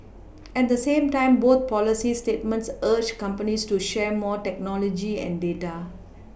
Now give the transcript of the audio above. at the same time both policy statements urged companies to share more technology and data